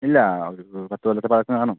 ഇല്ല ഒരു പത്തുകൊല്ലത്തെ പഴക്കം കാണും